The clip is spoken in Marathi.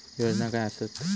योजना काय आसत?